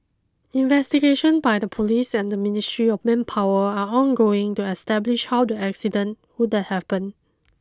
investigation by the police and the Ministry of Manpower are ongoing to establish how the accident would have happened